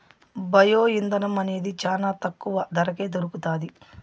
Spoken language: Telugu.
బయో ఇంధనం అనేది చానా తక్కువ ధరకే దొరుకుతాది